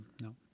no